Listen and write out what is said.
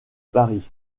paris